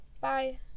Bye